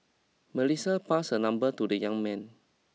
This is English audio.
Melissa passed her number to the young man